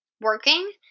working